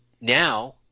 Now